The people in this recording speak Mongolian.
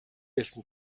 хэлсэн